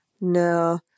No